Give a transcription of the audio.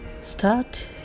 start